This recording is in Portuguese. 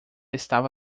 estava